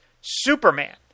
Superman